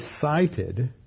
cited